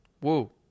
Whoa